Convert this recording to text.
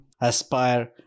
Aspire